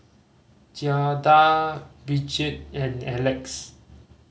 Jaida Bridgett and Alex